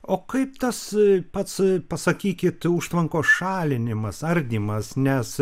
o kaip tas pats pasakykit užtvankos šalinimas ardymas nes